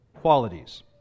qualities